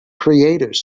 creators